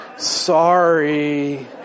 Sorry